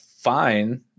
fine